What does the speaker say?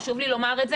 חשוב לי לומר את זה,